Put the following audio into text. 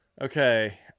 Okay